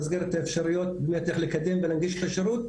ונמסגר את האפשרויות כדי באמת לקדם ולהנגיש את השירות.